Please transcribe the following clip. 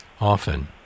often